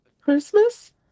Christmas